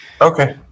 Okay